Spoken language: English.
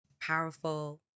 powerful